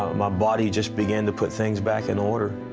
my body just began to put things back in order.